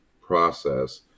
process